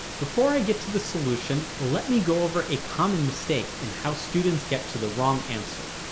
before i get to the solution, let me go over a common mistake in how students get to the wrong answer.